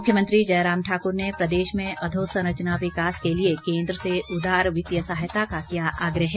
मुख्यमंत्री जयराम ठाक्र ने प्रदेश में अधोसंरचना विकास के लिए केन्द्र से उदार वित्तीय सहायता का किया आग्रह